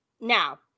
Now